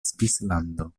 svislando